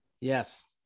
yes